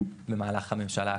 במהלך הממשלה הקודמת,